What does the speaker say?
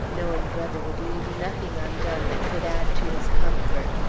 knowing brother would leave nothing undone that could add to his comfort.